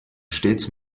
stets